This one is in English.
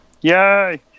Yay